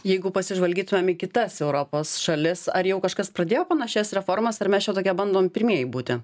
jeigu pasižvalgytumėm į kitas europos šalis ar jau kažkas pradėjo panašias reformas ar mes čia tokie bandom pirmieji būti